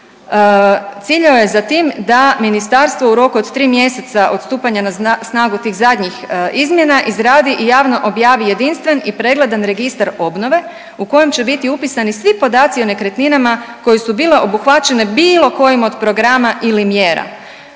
ciljao je za tim da ministarstvo u roku od 3 mjeseca od stupanja na snagu tih zadnjih izmjena izradi i javno objavi jedinstven i pregledan registar obnove u kojem će biti upisani svi podaci o nekretninama koje su bile obuhvaćene bilo kojim od programa ili mjera.